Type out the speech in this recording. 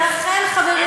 מרב,